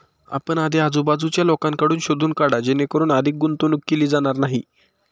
आपण आधी आजूबाजूच्या लोकांकडून शोधून काढा जेणेकरून अधिक गुंतवणूक केली जाणार नाही